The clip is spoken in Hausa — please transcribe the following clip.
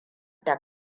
da